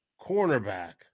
cornerback